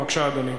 בבקשה, אדוני.